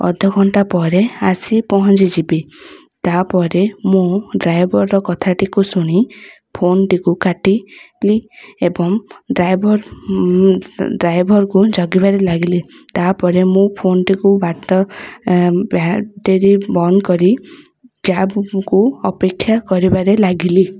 ଅଧଘଣ୍ଟା ପରେ ଆସି ପହଞ୍ଚିଯିବି ତାପରେ ମୁଁ ଡ୍ରାଇଭରର କଥାଟିକୁ ଶୁଣି ଫୋନ୍ଟିକୁ କାଟିଲି ଏବଂ ଡ୍ରାଇଭର୍ ଡ୍ରାଇଭରକୁ ଜଗିବାରେ ଲାଗିଲି ତାପରେ ମୁଁ ଫୋନ୍ଟିକୁ ବାଟ ବ୍ୟାଟେରୀ ବନ୍ଦ କରି କ୍ୟାବ୍କୁ ଅପେକ୍ଷା କରିବାରେ ଲାଗିଲି